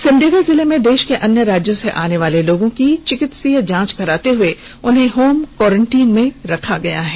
सिमडेगा जिले में देश के अन्य राज्यों से आनेवाले लोगों की चिकित्सीय जांच कराते हुए उन्हें होम कवारेंटाईन में रखा गया है